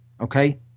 okay